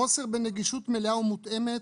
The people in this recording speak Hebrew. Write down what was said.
חוסר בנגישות מלאה ומותאמת,